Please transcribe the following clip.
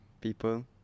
people